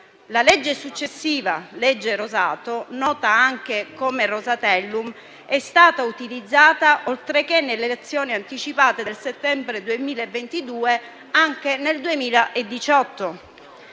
La legge successiva, legge Rosato, nota anche come Rosatellum, è stata utilizzata, oltre che nelle elezioni anticipate del settembre 2022, anche nel 2018,